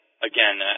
Again